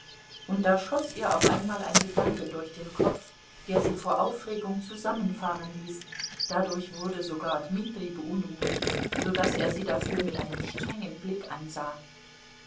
und da schoß ihr auf einmal ein gedanke durch den kopf der sie vor aufregung zusammenfahren ließ dadurch wurde sogar dmitri beunruhigt so daß er sie dafür mit einem strengen blick ansah